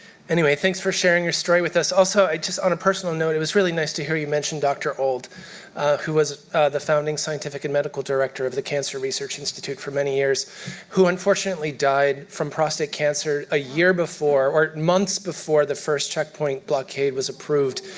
anyway, thanks for sharing your story with us. also, just on a personal note it was really nice to hear you mention dr. old who was the founding scientific and medical director of the cancer research institute for many years who unfortunately died from prostate cancer a year before or months before the first checkpoint blockade was approved.